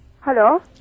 Hello